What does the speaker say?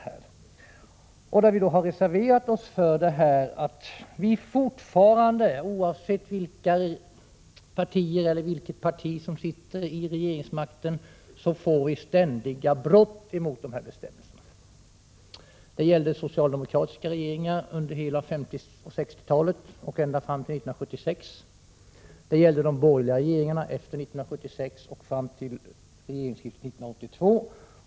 Där har vi reserverat oss för att det — oavsett vilket parti som sitter vid regeringsmakten — blir ständiga brott mot bestämmelserna. Det gällde socialdemokratiska regeringar under hela 1950 och 1960-talen och ända fram till 1976. Det gällde de borgerliga regeringarna efter 1976 och fram till regeringsskiftet 1982.